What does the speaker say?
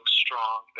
strong